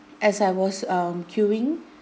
as I was um queuing